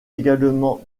également